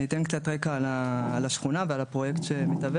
אני אתן קצת רקע על השכונה ועל הפרויקט שמתהווה.